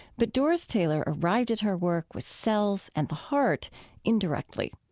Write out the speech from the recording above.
but doris taylor arrived at her work with cells and the heart indirectly